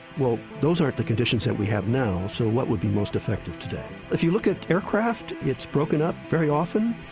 well, those aren't the conditions that we have now so what would be most effective today? if you look at aircraft, it's broken up very often.